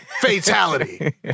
fatality